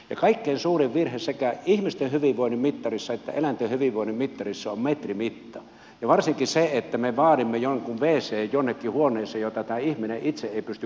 ja kaikkein suurin virhe sekä ihmisten hyvinvoinnin mittarissa että eläinten hyvinvoinnin mittarissa on metrimitta ja varsinkin se että me vaadimme jonnekin huoneeseen jonkun wcn jota tämä ihminen itse ei pysty käyttämään